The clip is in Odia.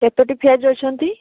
କେତୋଟି ଫେଜ୍ ଅଛନ୍ତି